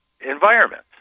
environment